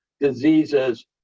diseases